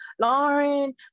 Lauren